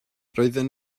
roedden